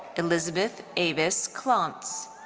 elizabeth avis clonts.